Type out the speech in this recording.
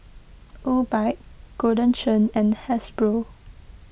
Obike Golden Churn and Hasbro